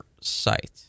site